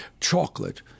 chocolate